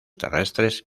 terrestres